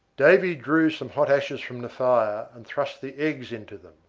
davy drew some hot ashes from the fire, and thrust the eggs into them,